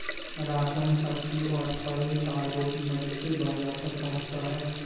ration, सब्जी, और फल कार्गो की मदद से बाजार तक पहुंचता है